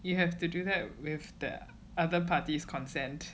you have to do that with that other parties' consent